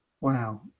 Wow